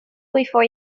before